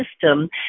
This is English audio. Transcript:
system